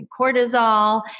cortisol